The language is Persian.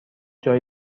جای